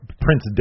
Prince